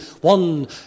one